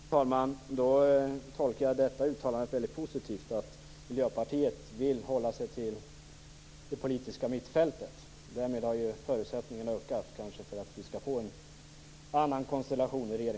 Fru talman! Då tolkar jag det uttalandet som väldigt positivt, som att Miljöpartiet vill hålla sig till det politiska mittfältet. Därmed har kanske förutsättningarna ökat för att vi skall få en annan konstellation i